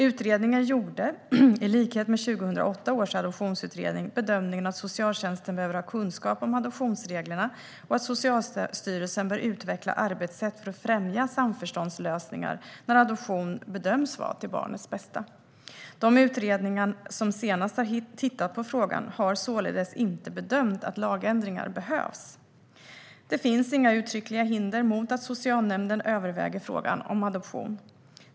Utredningen gjorde, i likhet med 2008 års adoptionsutredning, bedömningen att socialtjänsten behöver ha kunskap om adoptionsreglerna och att Socialstyrelsen bör utveckla arbetssätt för att främja samförståndslösningar när adoption bedöms vara till barnets bästa. De utredningar som senast har tittat på frågan har således inte bedömt att lagändringar behövs. Det finns inga uttryckliga hinder mot att socialnämnden överväger frågan om adoption.